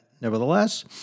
Nevertheless